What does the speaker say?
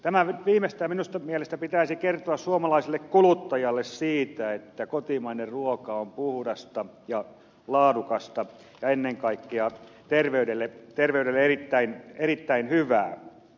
tämän viimeistään minun mielestäni pitäisi kertoa suomalaiselle kuluttajalle siitä että kotimainen ruoka on puhdasta ja laadukasta ja ennen kaikkea terveydelle erittäin hyvää